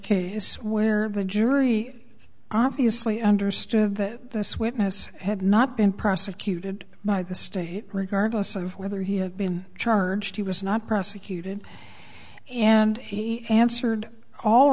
case where the jury obviously understood that this witness had not been prosecuted by the state regardless of whether he had been charged he was not prosecuted and he answered all